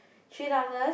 three dollars